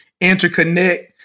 interconnect